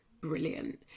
brilliant